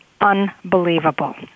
unbelievable